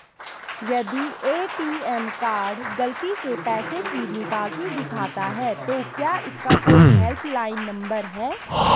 यदि ATM card गलती से पैसे की निकासी दिखाता है तो क्या इसका कोई हेल्प लाइन नम्बर है?